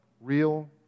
real